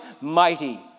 mighty